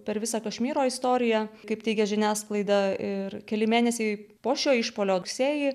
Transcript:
per visą kašmyro istoriją kaip teigia žiniasklaida ir keli mėnesiai po šio išpuolio rugsėjį